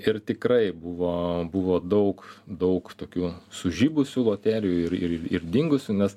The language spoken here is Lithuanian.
ir tikrai buvo buvo daug daug tokių sužibusių loterijų ir ir ir dingusių nes